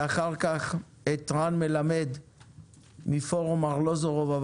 ואחר כך את רן מלמד מפורום ארלוזורוב.